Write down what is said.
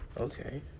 Okay